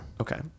Okay